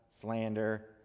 slander